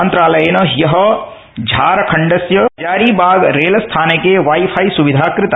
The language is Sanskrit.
मन्त्रालयेन हयः झारखण्डस्य हजारीबाग रेल स्थानके वाई फाई स्विधा कृता